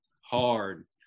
hard